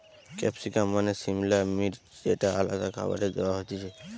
capsicum মানে সিমলা মির্চ যেটা আলাদা খাবারে দেয়া হতিছে